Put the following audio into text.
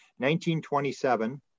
1927